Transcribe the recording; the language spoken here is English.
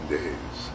days